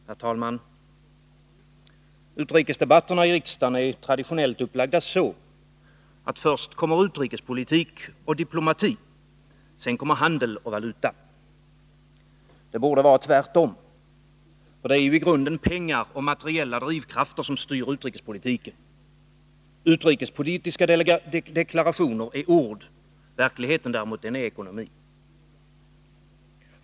Herr talman! Utrikesdebatterna i riksdagen är traditionellt upplagda så, att först kommer utrikespolitik och diplomati, sedan handel och valuta. Det borde vara tvärtom. Det är i grunden pengar och materiella drivkrafter som styr utrikespolitiken. Utrikespolitiska deklarationer är ord. Verkligheten däremot är ekonomi.